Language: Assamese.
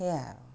সেইয়া আৰু